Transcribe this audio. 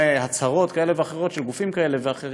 הצהרות כאלה ואחרות של גופים כאלה ואחרים,